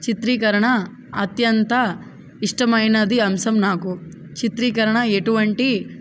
చిత్రీకరణ అత్యంత ఇష్టమైన అంశం నాకు చిత్రీకరణ ఎటువంటి